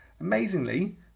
Amazingly